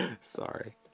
Sorry